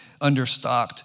understocked